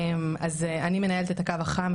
אז אני מנהלת את הקו החם,